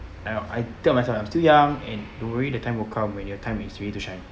I know I tell myself I'm still young and don't worry the time will come when your time is ready to shine